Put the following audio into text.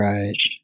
Right